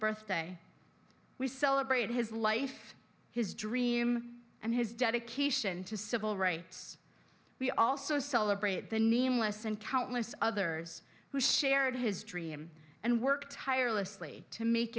birthday we celebrate his life his dream and his dedication to civil rights we also celebrate the nameless and countless others who shared his dream and worked tirelessly to make